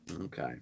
Okay